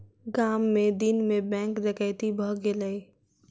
गाम मे दिन मे बैंक डकैती भ गेलै